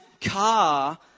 car